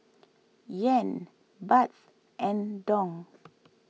Yen Baht and Dong